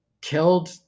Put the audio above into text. killed